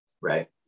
Right